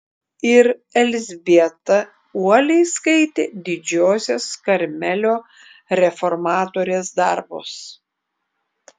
ir elzbieta uoliai skaitė didžiosios karmelio reformatorės darbus